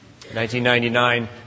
1999